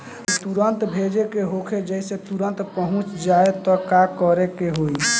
जदि तुरन्त भेजे के होखे जैसे तुरंत पहुँच जाए त का करे के होई?